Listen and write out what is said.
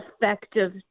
effective